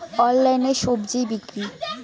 অনলাইনে স্বজি বিক্রি?